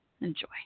Enjoy